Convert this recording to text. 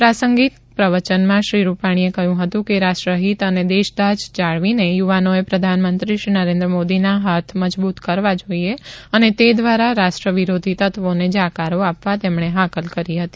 પ્રાસંગિક પ્રવચનમાં શ્રી રૂપાણીએ કહ્યું કે રાષ્ટ્રીહીત અને દેશદાઝ જાળવીને યુવાનોએ પ્રધાનમંત્રી શ્રી નરેન્દ્ર મોદીના હાથ મજબૂત કરવા જોઈએ અને તે દ્વારા રાષ્ટ્ર વિરોધી તત્વોને જાકારો આપવા તેમણે હાકલ કરી હતી